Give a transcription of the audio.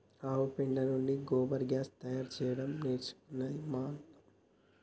ఆవు పెండ నుండి గోబర్ గ్యాస్ తయారు చేయడం నేర్చుకుంది మా అన్న